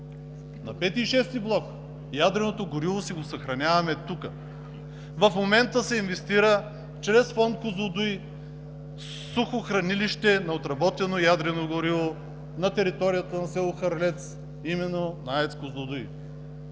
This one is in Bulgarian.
На пети и шести блок ядреното гориво си го съхраняваме тук. В момента се инвестира чрез Фонд „Козлодуй“ сухо хранилище на отработено ядрено гориво на територията на село Харлец, именно на АЕЦ „Козлодуй“.